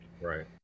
right